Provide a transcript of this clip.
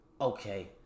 okay